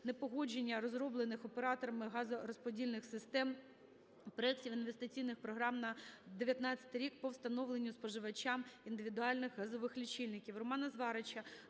непогодження розроблених операторами газорозподільних систем проектів інвестиційних програм на 2019 рік по встановленню споживачам індивідуальних газових лічильників.